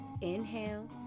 inhale